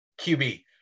QB